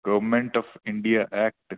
government of India act